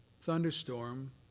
thunderstorm